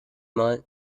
mal